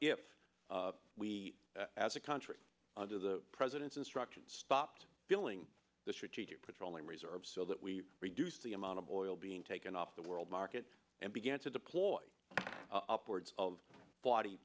we as a country under the president's instructions stopped billing the strategic petroleum reserves so that we reduce the amount of oil being taken off the world market and begin to deploy upwards of forty